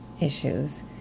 issues